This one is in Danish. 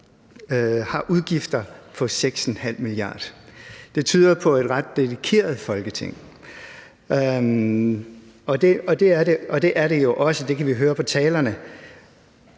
har udgifter på 6,5 mia. kr. Det tyder på et ret dedikeret Folketing, og det er det jo også. Det kan vi høre på talerne.